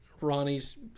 Ronnie's